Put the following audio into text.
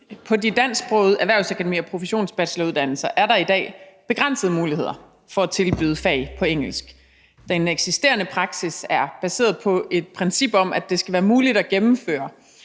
På de dansksprogede erhvervsakademier og professionsbacheloruddannelser er der i dag begrænsede muligheder for at tilbyde fag på engelsk. Den eksisterende praksis er baseret på et princip om, at det skal være muligt at gennemføre